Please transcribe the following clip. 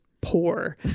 poor